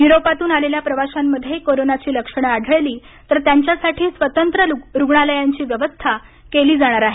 युरोपातून आलेल्या प्रवाशांमधे कोरोनाची लक्षणं आढळली तर त्यांच्यासाठी स्वतंत्र रुग्णालयांची व्यवस्था केली जाणार आहे